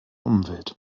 umwelt